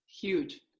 Huge